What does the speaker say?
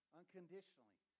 unconditionally